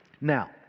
Now